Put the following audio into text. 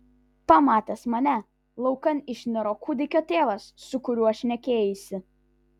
pamatęs mane laukan išniro kūdikio tėvas su kuriuo šnekėjaisi